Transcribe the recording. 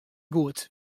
goed